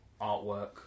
Artwork